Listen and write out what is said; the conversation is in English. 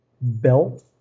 belt